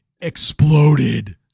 exploded